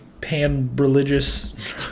pan-religious